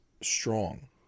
strong